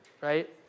right